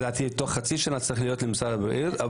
לדעתי תוך חצי שנה צריך להיות למשרד הבריאות,